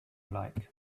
like